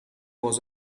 was